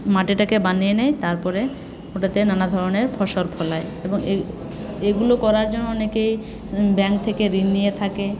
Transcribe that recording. মাটিটাকে বানিয়ে নিয়ে তারপরে ওটাতে নানা ধরণের ফসল ফলায় এবং এই এইগুলো করার জন্য অনেকেই ব্যাংক থেকে ঋণ নিয়ে থাকে